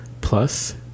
Plus